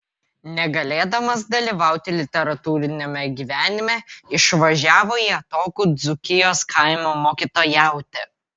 negalėdamas dalyvauti literatūriniame gyvenime išvažiavo į atokų dzūkijos kaimą mokytojauti